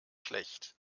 schlecht